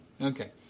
Okay